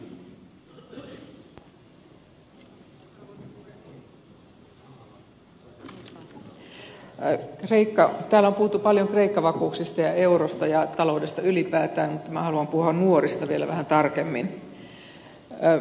täällä on puhuttu paljon kreikka vakuuksista ja eurosta ja taloudesta ylipäätään mutta minä haluan puhua nuorista vielä vähän tarkemmin